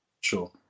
sure